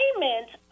payment